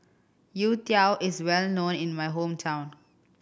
youtiao is well known in my hometown